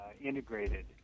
integrated